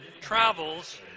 travels